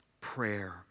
prayer